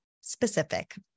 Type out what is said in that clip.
specific